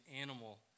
animal